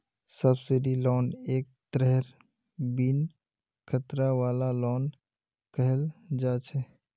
subsidised loan एक तरहेर बिन खतरा वाला लोन कहल जा छे